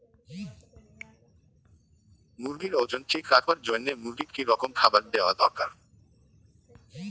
মুরগির ওজন ঠিক রাখবার জইন্যে মূর্গিক কি রকম খাবার দেওয়া দরকার?